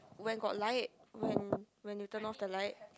when got light when when you turn off the light